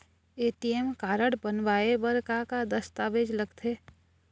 ATM card बनवाए बर का का दस्तावेज लगथे?